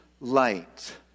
light